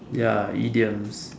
ya idioms